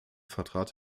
vertrat